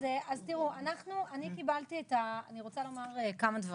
אז תראו, אני רוצה לומר כמה דברים.